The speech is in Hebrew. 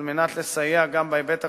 על מנת לסייע גם בהיבט הכלכלי.